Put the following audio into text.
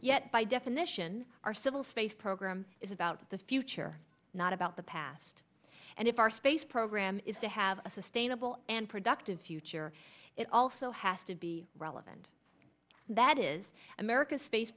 yet by definition our civil space program is about the future not about the past and if our space program is to have a sustainable and productive future it also has to be relevant that is america's space